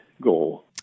goal